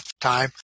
time